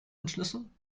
entschlüsseln